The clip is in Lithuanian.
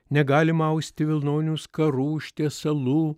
negalima austi vilnonių skarų užtiesalų